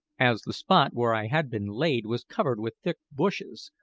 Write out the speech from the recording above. as the spot where i had been laid was covered with thick bushes,